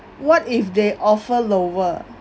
what if they offer lower